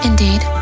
Indeed